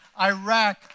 Iraq